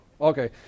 Okay